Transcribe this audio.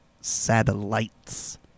satellites